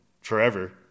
forever